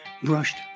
brushed